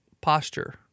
posture